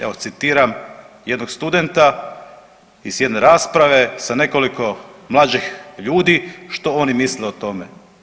Evo, citiram jednog studenta iz jedne rasprave sa nekoliko mlađih ljudi, što oni misle o tome.